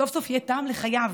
סוף-סוף יהיה טעם לחייו.